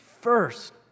first